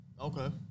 Okay